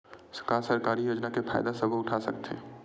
का सरकारी योजना के फ़ायदा सबो उठा सकथे?